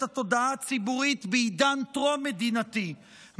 התודעה הציבורית בעידן טרום-מדינתי,